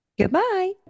Goodbye